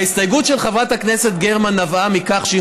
ההסתייגות של חברת הכנסת גרמן נבעה מכך שהיא